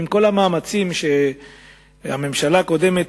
עם כל המאמצים של הממשלה הקודמת,